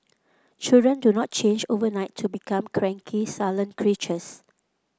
children do not change overnight to become cranky sullen creatures